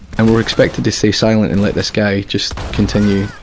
and were expected to stay silent and let this guy just continue,